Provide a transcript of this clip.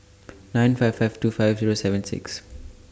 nine five five two five Zero seven six